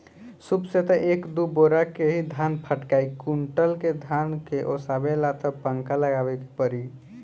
सूप से त एक दू बोरा ही धान फटकाइ कुंयुटल के धान के ओसावे ला त पंखा लगावे के पड़ी